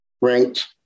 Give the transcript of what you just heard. ranked